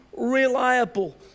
reliable